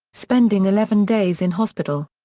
spending eleven days in hospital.